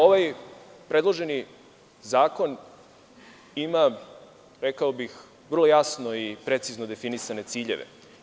Ovaj predloženi zakon ima, rekao bih, vrlo jasno i precizno definisane ciljeve.